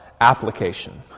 application